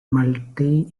multi